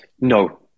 No